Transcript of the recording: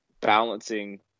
balancing